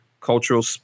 cultural